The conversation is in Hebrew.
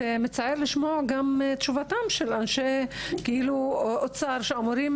מצער לשמוע גם את תשובתם של אנשי האוצר שאמורים